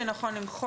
כשנגיע